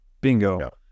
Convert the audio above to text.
Bingo